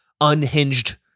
unhinged